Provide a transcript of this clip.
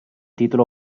titolo